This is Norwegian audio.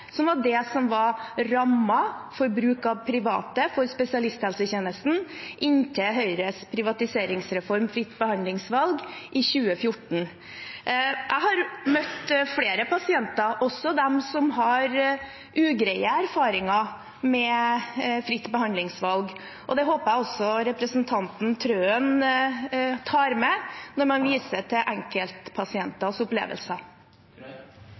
det som var rammen for bruk av private for spesialisthelsetjenesten inntil Høyres privatiseringsreform fritt behandlingsvalg i 2014. Jeg har møtt flere pasienter, også dem som har ugreie erfaringer med fritt behandlingsvalg. Det håper jeg også representanten Trøen tar med når en viser til enkeltpasienters opplevelser.